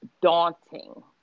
daunting